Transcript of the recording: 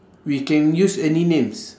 we can use any names